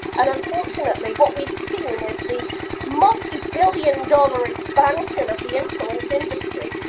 and unfortunately, what we've seen is the multi-billion-dollar expansion of the influence industry,